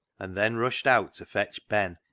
and then rushed out to fetch ben,